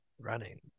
running